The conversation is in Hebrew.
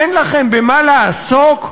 אין לכם במה לעסוק?